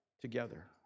together